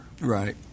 Right